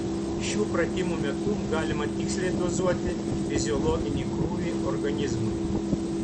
šių pratimų metu galima tiksliai dozuoti fiziologinį krūvį organizmui